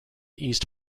east